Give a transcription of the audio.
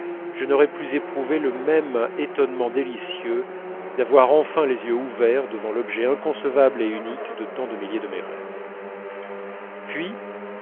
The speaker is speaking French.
je n'aurais plus éprouvé le même étonnement délicieux d'avoir enfin les yeux ouverts devant l'objet inconcevable et unique de tant de milliers de mes rêves puis